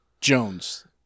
Jones